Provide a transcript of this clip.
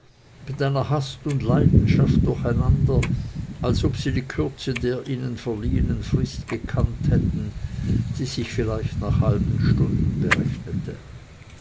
mit einer hast und leidenschaft durcheinander als ob sie die kürze der ihnen verliehenen frist gekannt hätten die sich vielleicht nach halben stunden berechnete